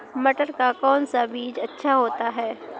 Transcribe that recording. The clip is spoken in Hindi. मटर का कौन सा बीज अच्छा होता हैं?